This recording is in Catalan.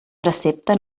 precepte